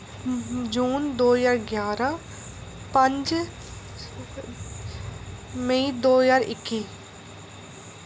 जून दो ज्हार ग्यारहां पंज मई दो ज्हार इक्की